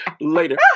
later